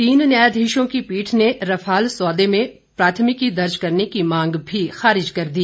तीन न्यायाधीशों की पीठ ने रफाल सौदे में प्राथमिकी दर्ज करने की मांग भी खारिज कर दी